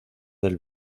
del